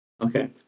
okay